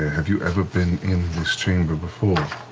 have you ever been in this chamber before?